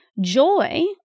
Joy